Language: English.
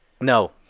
no